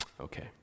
Okay